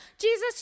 Jesus